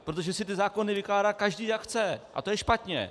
Protože si ty zákony vykládá každý, jak chce, a to je špatně.